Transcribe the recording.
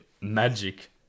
magic